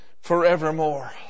forevermore